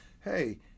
hey